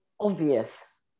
obvious